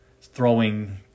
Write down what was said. throwing